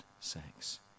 sex